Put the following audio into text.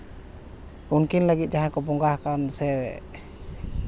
ᱩᱱᱠᱤᱱ ᱞᱟᱹᱜᱤᱫ ᱡᱟᱦᱟᱸᱭ ᱠᱚ ᱵᱚᱸᱜᱟ ᱟᱠᱟᱱ ᱥᱮ